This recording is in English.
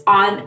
on